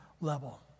level